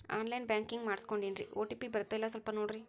on line banking ಮಾಡಿಸ್ಕೊಂಡೇನ್ರಿ OTP ಬರ್ತಾಯಿಲ್ಲ ಸ್ವಲ್ಪ ನೋಡ್ರಿ